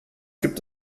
gibt